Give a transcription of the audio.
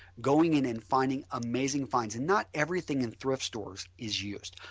going in and finding amazing finds and not everything in thrift stores is used.